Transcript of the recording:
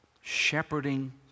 shepherding